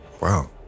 Wow